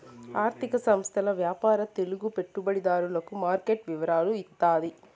ఆర్థిక సంస్థల వ్యాపార తెలుగు పెట్టుబడిదారులకు మార్కెట్ వివరాలు ఇత్తాది